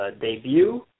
Debut